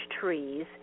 trees